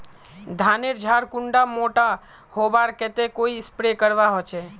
धानेर झार कुंडा मोटा होबार केते कोई स्प्रे करवा होचए?